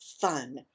fun